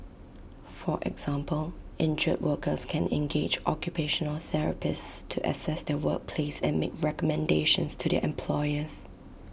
for example injured workers can engage occupational therapists to assess their workplace and make recommendations to their employers